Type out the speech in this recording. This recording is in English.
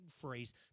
phrase